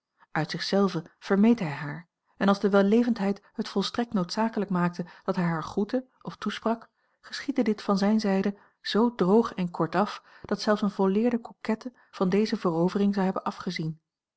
uit zich zelven vermeed hij haar en als de wellevendheid het volstrekt noodzakelijk maakte dat hij haar groette of toesprak geschiedde dit van zijne zijde zoo droog en kortaf dat zelfs eene volleerde coquette van deze verovering zou hebben afgezien